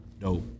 dope